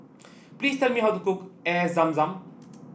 please tell me how to cook Air Zam Zam